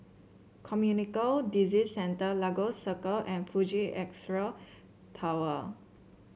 Disease Centre Lagos Circle and Fuji Xerox Tower